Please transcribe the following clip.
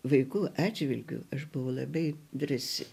vaikų atžvilgiu aš buvau labai drąsi